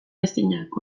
ezinak